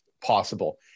possible